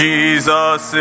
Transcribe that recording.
Jesus